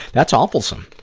that's awfulsome.